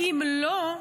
ואם לא,